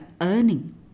earning